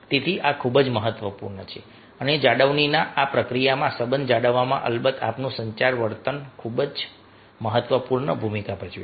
તેથી આ ખૂબ જ મહત્વપૂર્ણ છે અને જાળવણીની આ પ્રક્રિયામાં સંબંધ જાળવવામાં અલબત્ત આપણું સંચાર વર્તન ખૂબ જ ખૂબ જ મહત્વપૂર્ણ ભૂમિકા ભજવી રહ્યું છે